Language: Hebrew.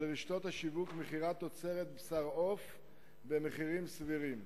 רשתות השיווק מכירת תוצרת בשר עוף במחירים סבירים.